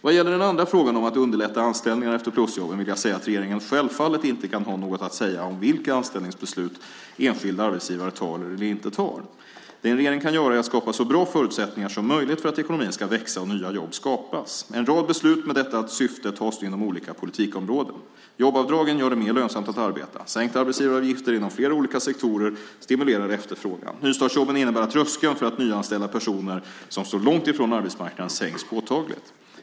Vad gäller den andra frågan om att underlätta anställningar efter plusjobben vill jag säga att regeringen självfallet inte kan ha något att säga om vilka anställningsbeslut enskilda arbetsgivare tar eller inte tar. Det en regering kan göra är att skapa så bra förutsättningar som möjligt för att ekonomin ska växa och nya jobb skapas. En rad beslut med detta syfte tas nu inom olika politikområden. Jobbavdragen gör det mer lönsamt att arbeta. Sänkta arbetsgivaravgifter inom flera olika sektorer stimulerar efterfrågan. Nystartsjobben innebär att tröskeln för att nyanställa personer som står långt från arbetsmarknaden sänks påtagligt.